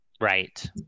Right